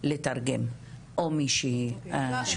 לתרגם או מישהי אחרת.